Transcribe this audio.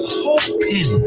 hoping